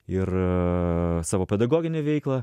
ir savo pedagoginę veiklą